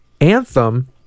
Anthem